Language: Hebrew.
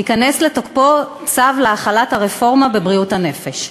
ייכנס לתוקפו צו להחלת הרפורמה בבריאות הנפש.